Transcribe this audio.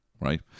right